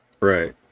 Right